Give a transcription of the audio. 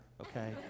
okay